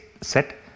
set